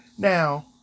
Now